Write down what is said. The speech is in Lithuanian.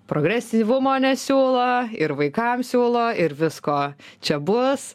progresyvumo nesiūlo ir vaikam siūlo ir visko čia bus